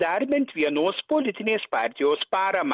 dar bent vienos politinės partijos paramą